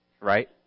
right